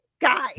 Guys